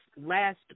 last